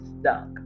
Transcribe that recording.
stuck